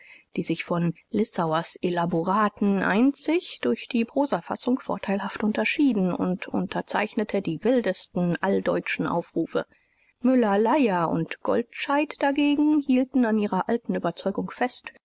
die sich von lissauers elaboraten einzig durch die prosafassung vorteilhaft unterschieden u unterzeichnete die wildesten alldeutschen aufrufe müller-lyer u goldscheid dagegen hielten an ihrer alten überzeugung fest